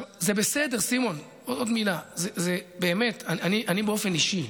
זה בסדר, סימון, עוד מילה באופן אישי,